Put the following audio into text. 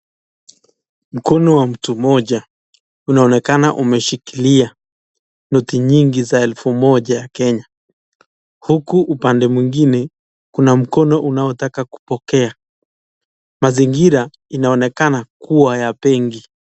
Mkono wa mtu mmoja unaonekana umeshikilia noti nyingi za elfu moja ya Kenya huku upande mwingine kuna mkono unaotaka kupokea. Mazingira inaonekana kuwa ya benki.